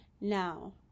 Now